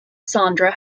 sandra